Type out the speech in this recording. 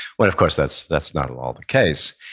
when of course that's that's not at all the case.